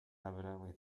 evidently